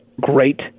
great